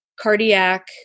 cardiac